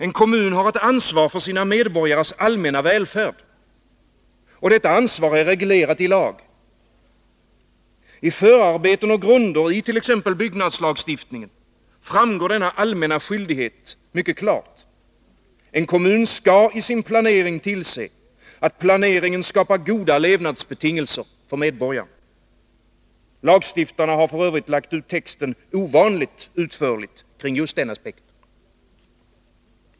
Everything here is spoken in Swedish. En kommun har ett ansvar för sina medborgares allmänna välfärd, och detta ansvar är reglerat i lag. I förarbeten och grunder i t.ex. byggnadslagstiftningen framgår denna allmänna skyldighet mycket klart: En kommun skall i sin planering tillse att planeringen skapar goda levnadsbetingelser för medborgarna. Lagstiftarna har f.ö. lagt ut texten ovanligt utförligt kring just den aspekten.